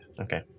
Okay